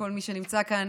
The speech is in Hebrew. כל מי שנמצא כאן,